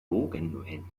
bogen